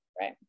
right